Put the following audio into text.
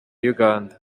uganda